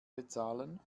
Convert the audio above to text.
bezahlen